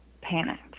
panicked